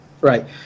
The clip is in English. Right